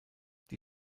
die